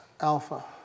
alpha